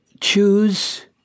choose